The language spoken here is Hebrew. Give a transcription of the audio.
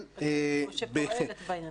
או שפועלת בעניין הזה.